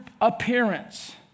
appearance